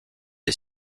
est